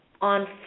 on